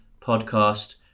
podcast